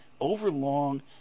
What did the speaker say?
overlong